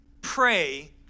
pray